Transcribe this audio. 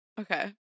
Okay